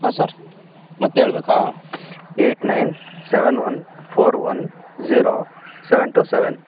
ಹಾಂ ಸರ್ ಮತ್ತೆ ಹೇಳ್ಬೇಕಾ eight nine seven one four one zero seven two seven